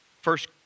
First